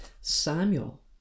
Samuel